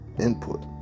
input